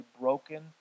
broken